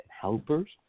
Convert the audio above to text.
helpers